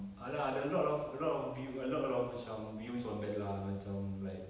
ah lah there are a lot of a lot of view a lot of macam views on that lah macam like